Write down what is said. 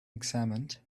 examined